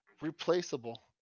replaceable